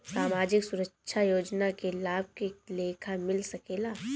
सामाजिक सुरक्षा योजना के लाभ के लेखा मिल सके ला?